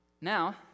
Now